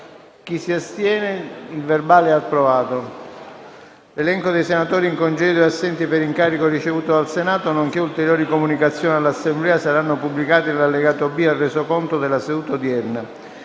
link apre una nuova finestra"). L'elenco dei senatori in congedo e assenti per incarico ricevuto dal Senato, nonché ulteriori comunicazioni all'Assemblea saranno pubblicati nell'allegato B al Resoconto della seduta odierna.